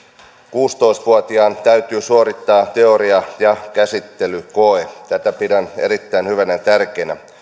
kuusitoista vuotiaana täytyy suorittaa teoria ja käsittelykoe tätä pidän erittäin hyvänä ja tärkeänä